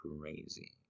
crazy